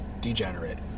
degenerate